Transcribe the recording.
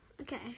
Okay